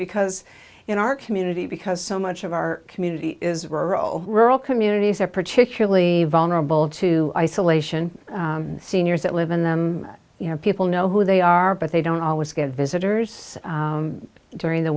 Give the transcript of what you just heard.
because in our community because so much of our community is were all rural communities are particularly vulnerable to isolation seniors that live in them you know people know who they are but they don't always get visitors during the